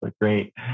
Great